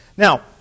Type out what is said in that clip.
Now